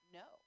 no